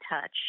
touch